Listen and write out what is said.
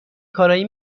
کارایی